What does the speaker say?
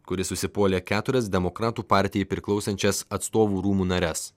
kur jis užsipuolė keturias demokratų partijai priklausančias atstovų rūmų nares